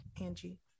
angie